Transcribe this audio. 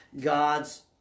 God's